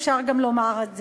אפשר גם לומר את זה.